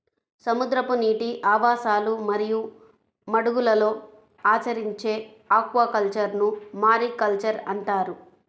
సముద్రపు నీటి ఆవాసాలు మరియు మడుగులలో ఆచరించే ఆక్వాకల్చర్ను మారికల్చర్ అంటారు